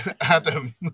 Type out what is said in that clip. Adam